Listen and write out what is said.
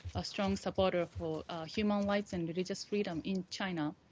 a strong supporter for human rights and religious freedom in china.